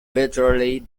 virtually